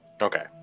Okay